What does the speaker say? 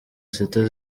sita